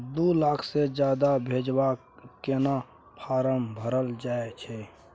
दू लाख से ज्यादा भेजबाक केना फारम भरल जाए छै?